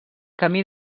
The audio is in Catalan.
camí